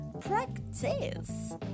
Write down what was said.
practice